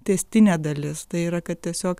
tęstinė dalis tai yra kad tiesiog